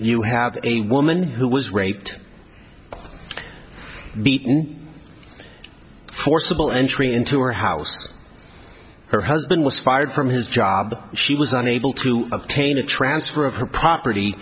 you have a woman who was raped and beaten forcible entry into her house her husband was fired from his job she was unable to obtain a transfer of